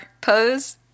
pose